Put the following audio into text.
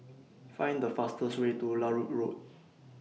Find The fastest Way to Larut Road